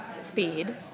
speed